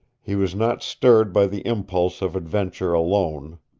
he was not stirred by the impulse of adventure alone.